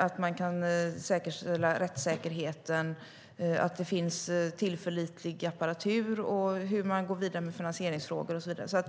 Det handlar om att säkerställa rättssäkerheten, att det finns tillförlitlig apparatur och hur man går vidare med finansieringsfrågor och så vidare.